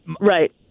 Right